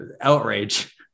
outrage